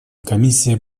комиссия